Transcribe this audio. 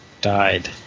died